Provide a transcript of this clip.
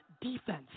defense